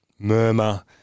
Murmur